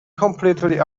completely